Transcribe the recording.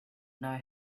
know